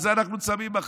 על זה אנחנו צמים מחר.